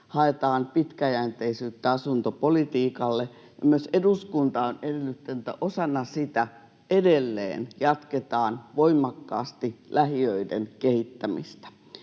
haetaan pitkäjänteisyyttä asuntopolitiikalle, ja myös eduskunta on edellyttänyt, että osana sitä edelleen jatketaan voimakkaasti lähiöiden kehittämistä.